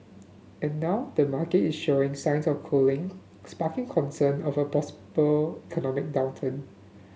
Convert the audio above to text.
and now the market is showing signs of cooling sparking concern of a possible economic downturn